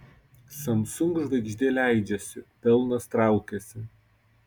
samsung žvaigždė leidžiasi pelnas traukiasi